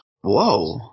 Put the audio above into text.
Whoa